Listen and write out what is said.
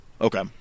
okay